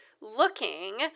looking